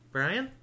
Brian